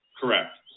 Correct